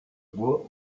bois